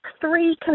three